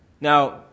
Now